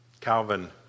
Calvin